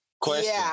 question